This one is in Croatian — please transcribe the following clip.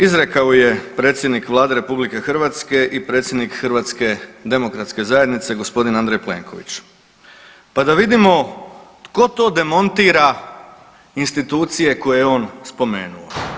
Izrekao ju je predsjednik Vlade RH i predsjednik Hrvatske demokratske zajednice gospodin Andrej Plenković, pa da vidimo tko to demontira institucije koje je on spomenuo.